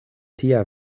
tia